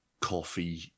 coffee